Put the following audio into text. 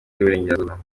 y’uburengerazuba